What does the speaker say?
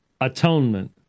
atonement